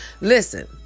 Listen